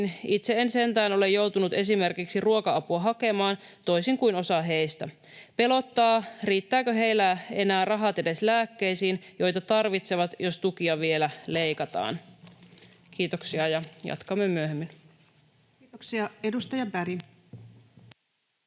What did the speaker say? Itse en sentään ole joutunut esimerkiksi ruoka-apua hakemaan, toisin kuin osa heistä. Pelottaa, riittääkö heillä enää rahat edes lääkkeisiin, joita tarvitsevat, jos tukia vielä leikataan.” Kiitoksia. — Jatkamme myöhemmin. [Speech 117] Speaker: